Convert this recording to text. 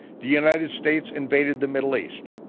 the united states invaded the middle east,